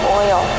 oil